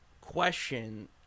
question